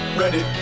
ready